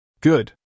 Good